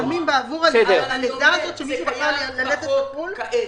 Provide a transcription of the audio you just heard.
--- זה קיים בחוק כעת.